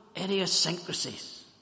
idiosyncrasies